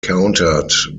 countered